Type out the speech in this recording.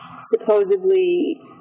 supposedly